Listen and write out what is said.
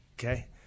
Okay